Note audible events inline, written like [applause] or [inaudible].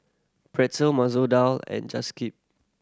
Pretzel Masoor Dal and [unintelligible]